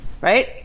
Right